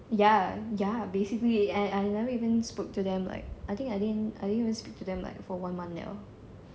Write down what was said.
ya ya basically and I never even spoken to them like I think I didn't speak to them for like one month